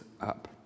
up